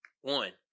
One